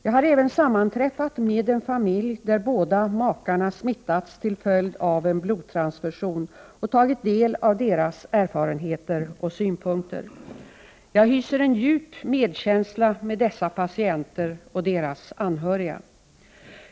Jag har även sammanträffat med en familj där båda makarna smittats till följd av en blodtransfusion och tagit del av deras erfarenheter och synpunkter. Jag hyser en djup medkänsla med dessa patienter och deras anhöriga.